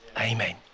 Amen